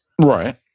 Right